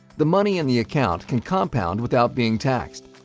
the money in the account can compound without being taxed.